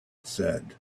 said